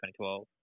2012